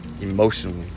emotionally